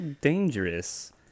dangerous